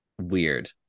weird